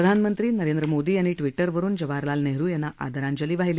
प्रधानमंत्री नरेंद्र मोदी यांनी ट्विटरवरुन जवाहरलाल नेहरु यांना आदरांजली वाहिली